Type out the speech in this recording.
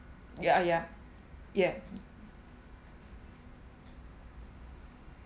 ya ya yeah